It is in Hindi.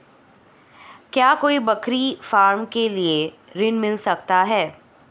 क्या कोई बकरी फार्म के लिए ऋण मिल सकता है?